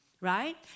right